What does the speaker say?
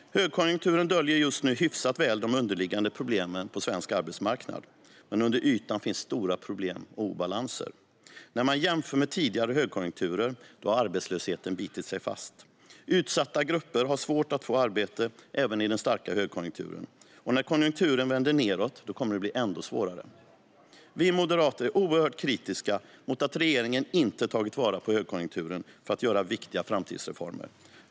Högkonjunkturen döljer just nu hyfsat väl de underliggande problemen på svensk arbetsmarknad. Men under ytan finns stora problem och obalanser. När man jämför med tidigare högkonjunkturer har arbetslösheten bitit sig fast. Utsatta grupper har svårt att få arbete även i den starka högkonjunkturen, och när konjunkturen vänder nedåt kommer det att bli ännu svårare. Vi moderater är oerhört kritiska till att regeringen inte har tagit vara på högkonjunkturen för att göra viktiga framtidsreformer.